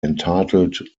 entitled